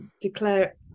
declare